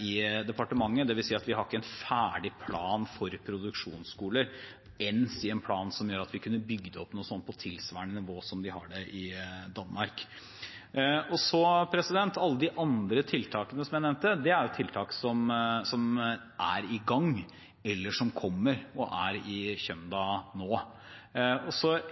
i departementet, dvs. at vi ikke har en ferdig plan for produksjonsskoler, enn si en plan som gjør at vi kunne bygget opp noe slikt på tilsvarende nivå som i Danmark. Alle de andre tiltakene jeg nevnte, er tiltak som er i gang, eller som kommer og er i kjømda nå.